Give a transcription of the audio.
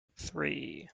three